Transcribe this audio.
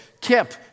Kip